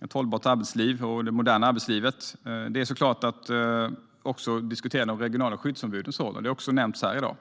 ett hållbart och modernt arbetsliv är en diskussion om de regionala skyddsombudens roll. Det har också nämnts i dag.